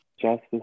Justice